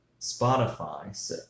Spotify